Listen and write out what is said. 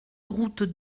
route